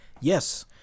Yes